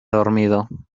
dormido